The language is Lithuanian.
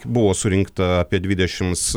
buvo surinkta apie dvidešims